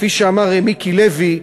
כפי שאמר מיקי לוי,